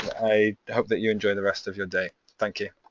i hope that you enjoy the rest of your day, thank you.